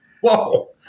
Whoa